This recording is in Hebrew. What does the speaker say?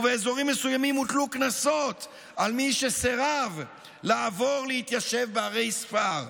ובאזורים מסוימים הוטלו קנסות על מי שסירב לעבור להתיישב בערי ספר,